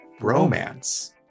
Romance